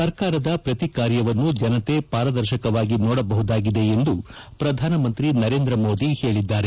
ಸರ್ಕಾರದ ಪ್ರತಿ ಕಾರ್ಯವನ್ನು ಜನತೆ ಪಾರದರ್ಶಕವಾಗಿ ನೋಡಬಹುದಾಗಿದೆ ಎಂದು ಪ್ರಧಾನಮಂತ್ರಿ ನರೇಂದ್ರ ಮೋದಿ ಹೇಳಿದ್ದಾರೆ